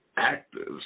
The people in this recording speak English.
Actors